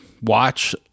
watch